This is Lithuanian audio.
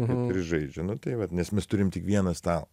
ir žaidžia nu tai vat nes mes turim tik vieną stalą